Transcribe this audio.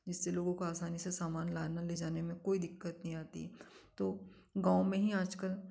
इससे लोगों को आसानी से सामान लाने ले जाने में कोई दिक्कत नहीं आती है तो गाँव में ही आजकल